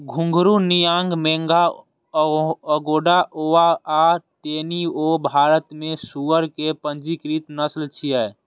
घूंघरू, नियांग मेघा, अगोंडा गोवा आ टेनी वो भारत मे सुअर के पंजीकृत नस्ल छियै